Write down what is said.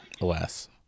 Alas